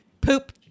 Poop